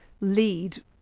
lead